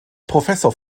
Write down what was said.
professor